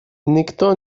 никто